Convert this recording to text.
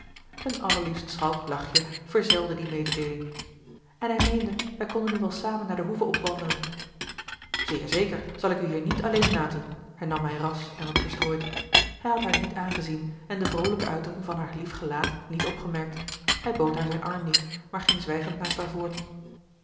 een allerliefst schalk lachje verzelde die mededeeling en hij meende wij konden nu wel samen naar de hoeve opwandelen zeer zeker zal ik u hier niet alleen laten hernam hij ras en wat verstrooid hij had haar niet aangezien en de vroolijke uitdrukking van haar lief gelaat niet opgemerkt hij bood haar zijn arm niet maar ging zwijgend naast haar voort